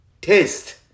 Taste